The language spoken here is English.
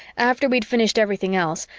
after we'd finished everything else,